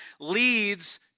leads